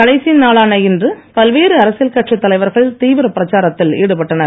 கடைசி நாளான இன்று பல்வேறு அரசியல் கட்சித் தலைவர்கள் தீவிர பிரச்சாரத்தில் ஈடுபட்டனர்